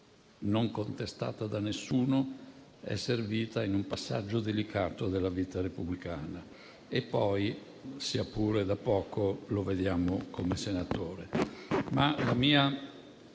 non contestata da nessuno, è servita in un passaggio delicato della vita repubblicana. E poi, sia pure da poco, lo vediamo come senatore.